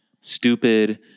stupid